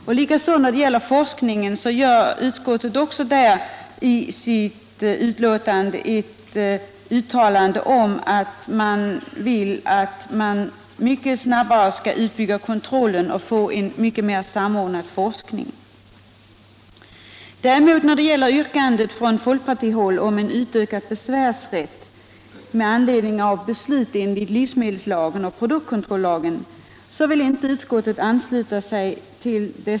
Också när det gäller forskningen uttalar utskottet att man vill att denna skall utbyggas i snabbare takt och att verksamheten skall samordnas i större utsträckning än nu. Utskottet vill däremot inte ansluta sig till yrkandet från folkpartihåll om en utökad besvärsrätt med anledning av beslut enligt livsmedelslagen och produktkontrollagen.